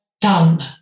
done